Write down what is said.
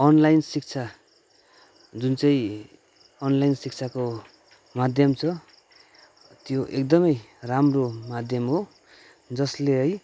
online शिक्षा जुन चाहिँ अनलाइन शिक्षाको माध्यम छ त्यो एकदमै राम्रो माध्यम हो जसले है